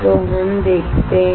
तो हम देखते हैं